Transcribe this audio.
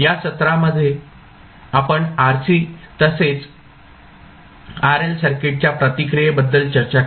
या सत्रामध्ये आपण RC तसेच RL सर्किटच्या प्रतिक्रियेबद्दल चर्चा केली